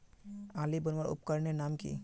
आली बनवार उपकरनेर नाम की?